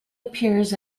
appears